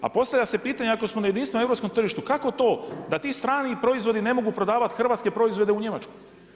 A postavlja se pitanje ako smo na jedinstvenom europskom tržištu kako to da ti strani proizvodi ne mogu prodavati hrvatske proizvode u Njemačku.